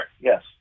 Yes